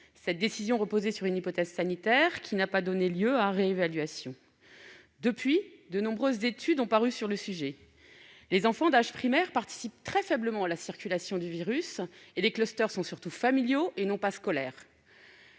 Cette décision reposait sur une hypothèse sanitaire, qui n'a pas donné lieu à réévaluation. Depuis, de nombreuses études sont parues sur le sujet. Les enfants d'âge primaire participent très faiblement à la circulation du virus. Les clusters sont surtout familiaux et non scolaires,